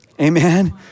Amen